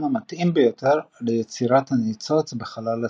המתאים ביותר ליצירת הניצוץ בחלל הצילינדר.